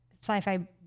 sci-fi